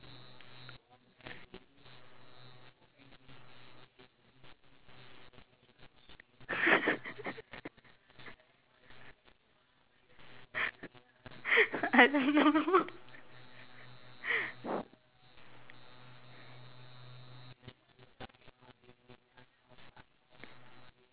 I don't know